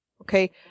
Okay